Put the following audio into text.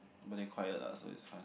very quiet lah so it's fine